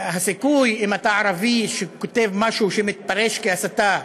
אם אתה ערבי שכותב משהו שמתפרש כהסתה,